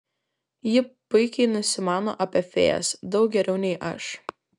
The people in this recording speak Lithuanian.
ji puikiai nusimano apie fėjas daug geriau nei aš